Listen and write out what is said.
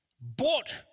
bought